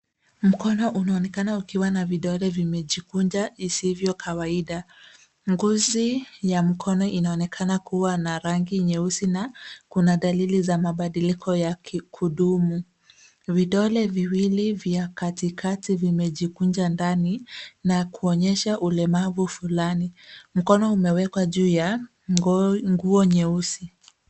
Mkono unaonekana ukiwa na vidole vimejikunja isivyo kawaida. Ngozi ya mkono inaonekana kuwa na rangi nyeusi na kuna dalili za mabadiliko ya kudumu . Vidole viwili vya katikati vimejikunja ndani na kuonyesha ulemavu fulani. Mkono umewekwa juu ya nguo nyeusi.